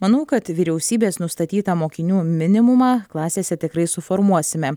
manau kad vyriausybės nustatytą mokinių minimumą klasėse tikrai suformuosime